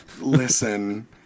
Listen